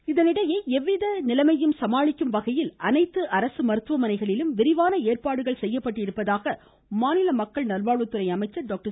விஜயபாஸ்கர் இதனிடையே எவ்வித நிலைமையையும் சமாளிக்கும் வகையில் அனைத்து அரசு மருத்துவமனைகளிலும் விரிவான ஏற்பாடுகள் செய்யப்பட்டுள்ளதாக மாநில மக்கள் நல்வாழ்வுத்துறை அமைச்சர் டாக்டர்